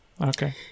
okay